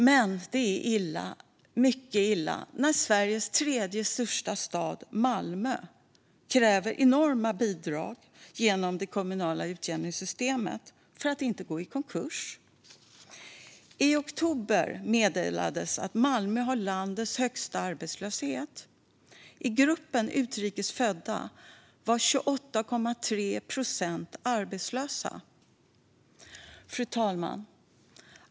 Men det är illa, mycket illa, när Sveriges tredje största stad, Malmö, kräver enorma bidrag genom det kommunala utjämningssystemet för att inte gå i konkurs. I oktober meddelades det att Malmö har landets högsta arbetslöshet. I gruppen utrikes födda var 28,3 procent arbetslösa. Fru talman!